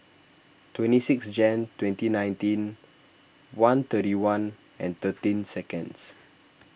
twenty six Jan twenty nineteen one thirty one and thirteen seconds